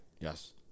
Yes